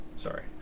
sorry